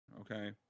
okay